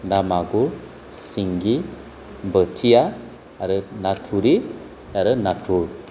ना मागुर सिंगि बोथिया आरो ना थुरि आरो नाथुर